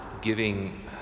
giving